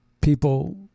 people